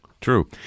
true